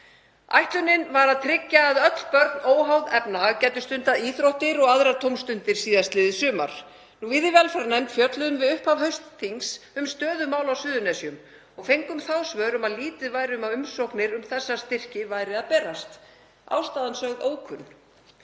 Ætlunin var að tryggja að öll börn óháð efnahag gætu stundað íþróttir og aðrar tómstundir síðastliðið sumar. Við í velferðarnefnd fjölluðum við upphaf haustþings um stöðu mála á Suðurnesjum og fengum þau svör að lítið væri um að umsóknir um þessa styrki væru að berast. Ástæðan sögð ókunn.